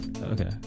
Okay